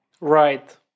Right